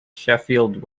sheffield